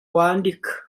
wandika